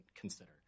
consider